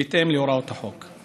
בהתאם להוראות החוק.